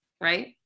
right